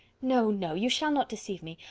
no, no, you shall not deceive me.